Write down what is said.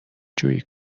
جویی